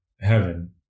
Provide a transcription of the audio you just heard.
heaven